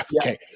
okay